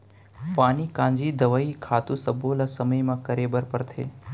पानी कांजी, दवई, खातू सब्बो ल समे म करे बर परथे